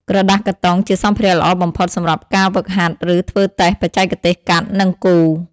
ក្រដាសកាតុងជាសម្ភារៈល្អបំផុតសម្រាប់ការហ្វឹកហាត់ ឬធ្វើតេស្តបច្ចេកទេសកាត់ និងគូរ។